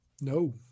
No